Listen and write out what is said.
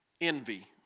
Envy